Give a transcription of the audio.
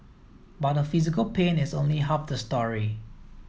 but the physical pain is only half the story